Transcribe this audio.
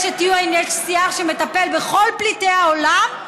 יש את UNHCR, שמטפל בכל פליטי העולם,